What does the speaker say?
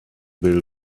will